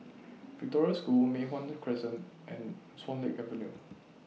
Victoria School Mei Hwan Crescent and Swan Lake Avenue